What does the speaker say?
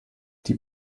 die